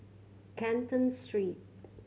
Canton Street